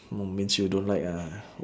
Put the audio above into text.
hmm means you don't like uh